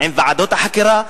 עם ועדות החקירה,